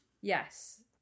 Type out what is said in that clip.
Yes